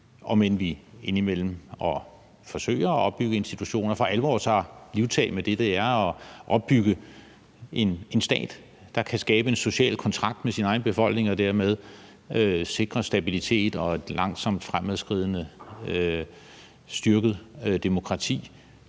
om end vi indimellem forsøger at opbygge institutioner, for alvor tager livtag med det, det er at opbygge en stat, der kan skabe en social kontrakt med sin egen befolkning og dermed sikre stabilitet og et langsomt fremadskridende styrket demokrati.